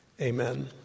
Amen